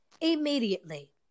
immediately